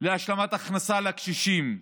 להשלמת הכנסה לקשישים,